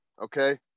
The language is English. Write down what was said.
okay